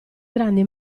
grandi